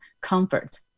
comfort